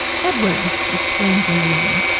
edward! exclaimed juliana,